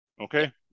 Okay